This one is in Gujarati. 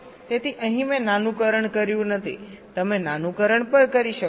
તેથી અહીં મેં નાનુંકરણ કર્યું નથી તમે નાનુંકરણ પણ કરી શકો છો